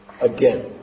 again